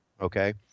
okay